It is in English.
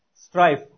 strife